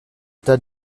total